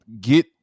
get